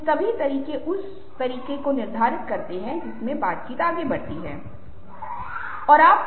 क्या आप इसका अनुमान लगा सकते हैं मैं आपको एक मिनट दूंगा फिर मैं जवाब दूंगा